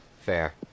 fair